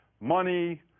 money